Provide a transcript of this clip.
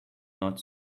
not